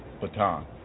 baton